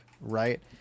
right